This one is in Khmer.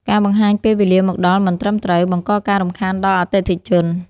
ការបង្ហាញពេលវេលាមកដល់មិនត្រឹមត្រូវ បង្កការរំខានដល់អតិថិជន។